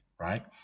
right